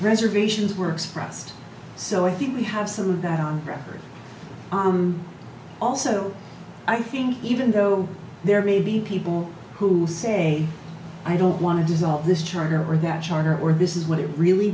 reservations works for us so i think we have some of that on record also i think even though there may be people who say i don't want to dissolve this charter or that charter or this is what it really